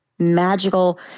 magical